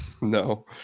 No